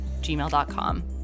gmail.com